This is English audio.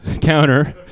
counter